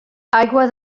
aigua